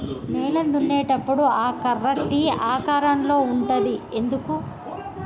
నేలను దున్నేటప్పుడు ఆ కర్ర టీ ఆకారం లో ఉంటది ఎందుకు?